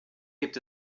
gibt